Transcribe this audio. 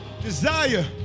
Desire